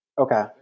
okay